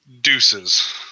deuces